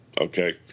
okay